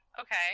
Okay